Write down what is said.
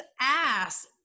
ass